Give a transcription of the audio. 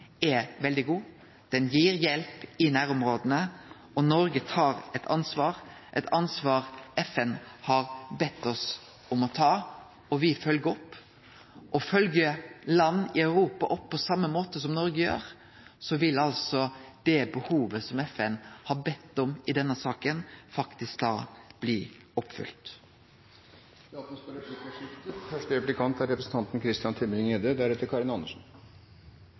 er veldig god. Han gir hjelp i nærområda, og Noreg tar eit ansvar – eit ansvar FN har bedt oss om å ta – og me følgjer opp. Følgjer andre land i Europa opp på same måte som Noreg gjer, vil det behovet som FN har bedt om i denne saka, faktisk bli oppfylt. Det åpnes for replikkordskifte. Det var interessant å høre representanten